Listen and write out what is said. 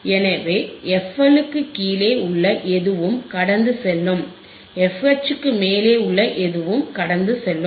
எனவே fL க்கு கீழே உள்ள எதுவும் கடந்து செல்லும் fH க்கு மேலே உள்ள எதுவும் கடந்து செல்லும்